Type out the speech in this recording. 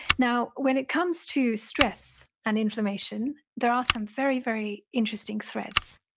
now, when it comes to stress and inflammation, there are some very, very interesting threads.